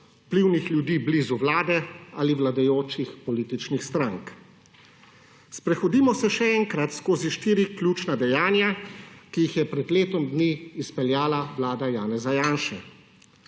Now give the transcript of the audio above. vplivnih ljudi blizu vlade ali vladajočih političnih strank. Sprehodimo se še enkrat skozi štiri ključna dejanja, ki jih je pred letom dni izpeljala vlada Janeza Janše.